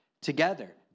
together